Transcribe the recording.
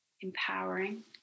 empowering